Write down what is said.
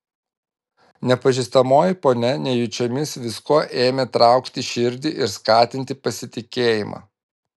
nepažįstamoji ponia nejučiomis viskuo ėmė traukti širdį ir skatinti pasitikėjimą